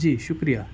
جی شکریہ